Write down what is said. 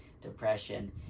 depression